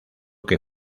que